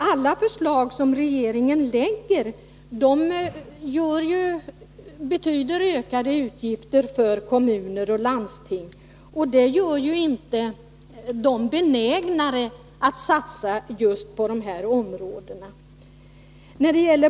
Alla förslag som regeringen lägger fram innebär ökade utgifter för kommuner och landsting. Det gör dem inte mer benägna att satsa på just dessa områden.